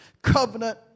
Covenant